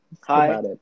Hi